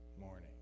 morning